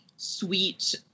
sweet